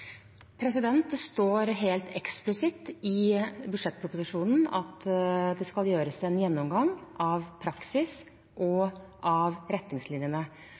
det passere. Det står helt eksplisitt i budsjettproposisjonen at det skal gjøres en gjennomgang av praksis og av retningslinjene.